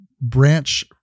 branch